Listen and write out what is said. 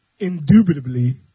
indubitably